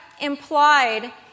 implied